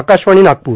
Akashvani Nagpur